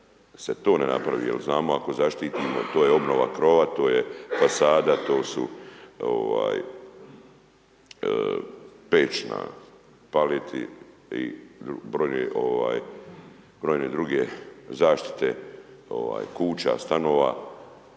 se to ne napravi jer znamo ako zaštitimo, to je obnova krova, to je fasada, to su peć na palete i brojne druge zaštite kuća, stanova,